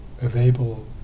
available